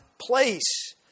place